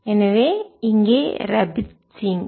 எனவே இங்கே ரபீத் சிங்